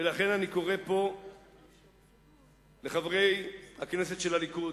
ולכן אני קורא פה לחברי הכנסת של הליכוד: